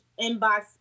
inbox